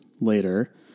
later